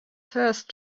first